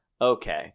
Okay